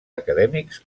acadèmics